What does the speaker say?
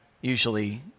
Usually